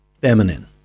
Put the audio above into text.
feminine